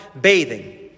bathing